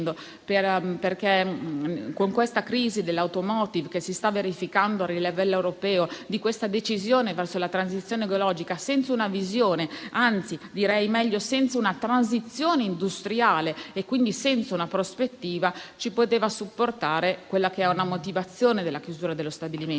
dando. Con la crisi dell'*automotive* che si sta verificando a livello europeo, con la decisione di andare verso la transizione ecologica senza una visione, anzi direi senza una transizione industriale e quindi senza una prospettiva, ci poteva supportare la motivazione della chiusura dello stabilimento.